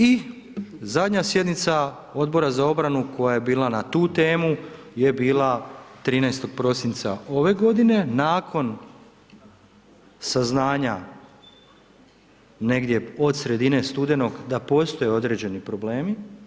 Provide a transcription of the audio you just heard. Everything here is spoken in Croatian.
I zadnja sjednica Odbora za obranu koja je bila na tu temu je bila 13. prosinca ove godine nakon saznanja negdje od sredine studenog da postoje određeni problemi.